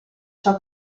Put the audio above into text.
ciò